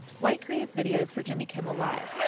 white creates videos for jimmy kimmel live.